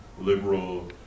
liberal